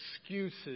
excuses